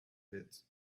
pits